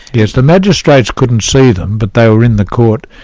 yes, the magistrates couldn't see them but they were in the court,